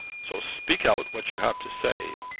so speak out what you have to say.